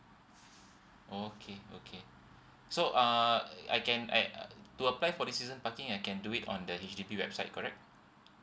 oh okay okay so uh I can like to apply for the season parking I can do it on the H_D_B website correct